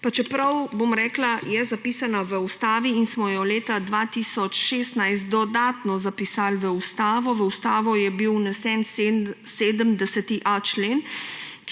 Pa čeprav je zapisana v ustavi in smo jo leta 2016 dodatno zapisali v ustavo. V Ustavo je bil vnesen 70.a člen,